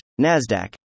NASDAQ